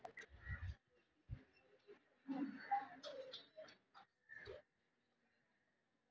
हरेक बैंकत मांग धनक जमा करे रखाल जाबा सखछेक